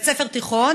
בית ספר תיכון,